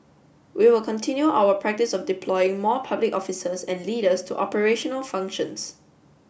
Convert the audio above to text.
we will continue our practice of deploying more public officers and leaders to operational functions